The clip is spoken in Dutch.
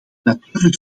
natuurlijk